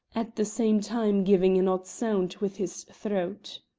at the same time giving an odd sound with his throat.